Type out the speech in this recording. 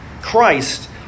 Christ